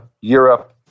Europe